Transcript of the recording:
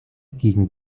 gegen